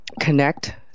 connect